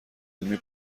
علمی